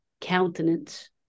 countenance